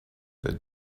that